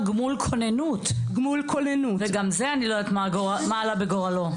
גמול כוננות וגם זה אני לא יודעת מה עלה בגורלו.